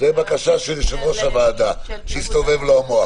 זו בקשה של יושב-ראש הוועדה, שהסתובב לו המוח.